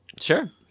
Sure